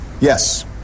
Yes